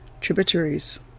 tributaries